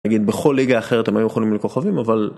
נגיד, בכל ליגה אחרת הם היו יכולים להיות כוכבים אבל...